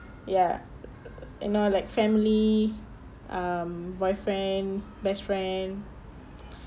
ya and they were like family um boy friend best friend